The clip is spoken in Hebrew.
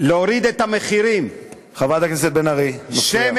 להוריד את המחירים, חברת הכנסת בן ארי, את מפריעה.